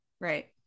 Right